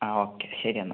ആ ഓക്കെ ശരി എന്നാൽ